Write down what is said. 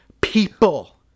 people